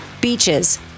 Beaches